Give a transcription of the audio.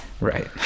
right